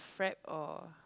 frappe or